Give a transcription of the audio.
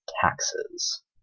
taxes